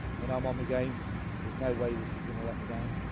when i'm on the game there's no way this is gonna let me down,